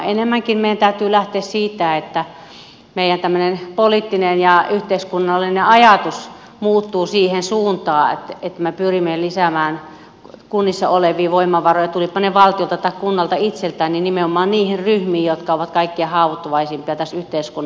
enemmänkin meidän täytyy lähteä siitä että meidän tämmöinen poliittinen ja yhteiskunnallinen ajatus muuttuu siihen suuntaan että me pyrimme lisäämään kunnissa olevia voimavaroja tulivatpa ne valtiolta tai kunnalta itseltään nimenomaan niihin ryhmiin jotka ovat kaikkein haavoittuvaisimpia tässä yhteiskunnassa